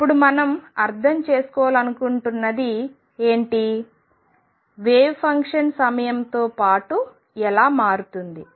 ఇప్పుడు మనం అర్థం చేసుకోవాలనుకుంటున్నది ఏమిటంటే వేవ్ ఫంక్షన్ సమయంతో పాటు ఎలా మారుతుంది